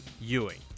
Ewing